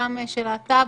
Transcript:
גם של הטאבו,